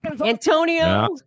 Antonio